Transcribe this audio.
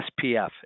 SPF